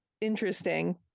interesting